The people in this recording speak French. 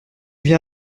viens